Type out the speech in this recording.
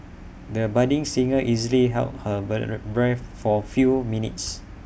the budding singer easily held her breath for feel minutes